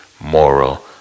moral